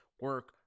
Work